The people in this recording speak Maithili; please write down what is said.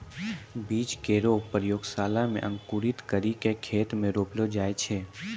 बीज केरो प्रयोगशाला म अंकुरित करि क खेत म रोपलो जाय छै